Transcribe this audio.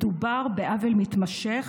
מדובר בעוול מתמשך.